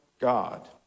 God